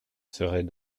serait